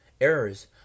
errors